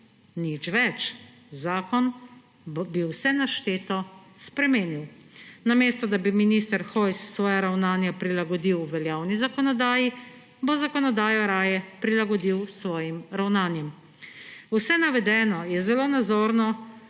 Nič več. Zakon bi vse našteto spremenil. Namesto da bi minister Hojs svoja ravnanja prilagodil veljavni zakonodaji, bo zakonodajo raje prilagodil svojim ravnanjem. Vse navedeno je zelo nazorno